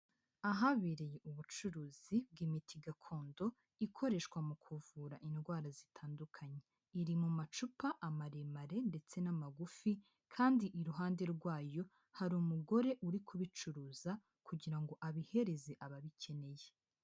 Ahabereye ubucuruzi bw'imiti gakondo, ikoreshwa mu kuvura indwara zitandukanye. Iri mu macupa, amaremare ndetse n'amagufi kandi iruhande rwayo hari umugore uri kubicuruza kugira ngo abihereze ababikeneye.